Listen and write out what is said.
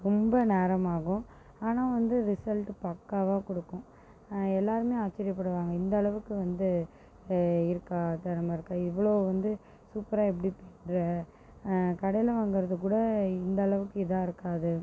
ரொம்ப நேரமாகும் ஆனால் வந்து ரிசல்ட் பக்கவாக கொடுக்கும் எல்லாருமே ஆச்சரிய பாடுவாங்கள் இந்த அளவுக்கு வந்து இருக்கா தெறம இருக்கா இவ்வளோ வந்து சூப்பரா எப்படி பின்ர கடையில் வாங்கிறது கூட இந்த அளவுக்கு இதாக இருக்காது